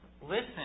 listen